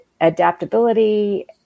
adaptability